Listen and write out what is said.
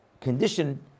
condition